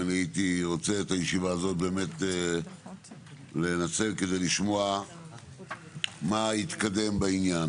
אני הייתי רוצה את הישיבה הזאת באמת לנצל כדי לשמוע מה התקדם בעניין.